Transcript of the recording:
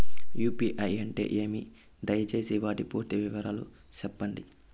UPI అంటే ఏమి? దయసేసి వాటి పూర్తి వివరాలు సెప్పండి?